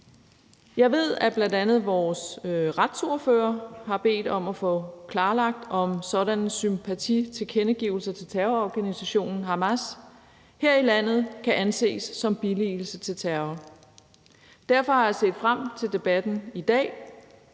Jeg ved, at bl.a. vores retsordfører har bedt om at få klarlagt, om sådanne sympatitilkendegivelser til terrororganisationen Hamas her i landet kan anses som billigelse af terror. Derfor har jeg set frem til debatten i dag.